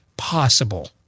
possible